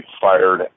fired